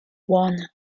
one